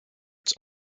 its